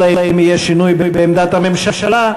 אלא אם יהיה שינוי בעמדת הממשלה,